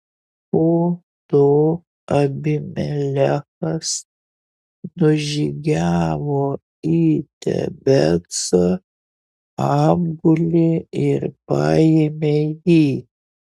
po to abimelechas nužygiavo į tebecą apgulė ir paėmė jį